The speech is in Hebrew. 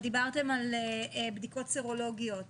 בדיקות סרולוגיות